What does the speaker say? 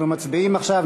אנחנו מצביעים עכשיו,